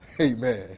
Amen